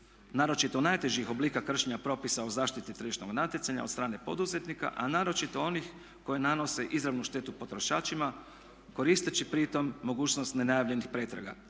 naročito najtežih oblika kršenja propisa o zaštiti tržišnog natjecanja od strane poduzetnika a naročito onih koji nanose izravnu štetu potrošačima koristeći pri tome mogućnost nenajavljenih pretraga.